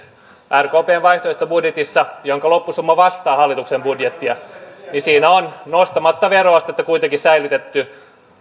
rkpn vaihtoehtobudjetissa jonka loppusumma vastaa hallituksen budjettia on nostamatta veroastetta kuitenkin säilytetty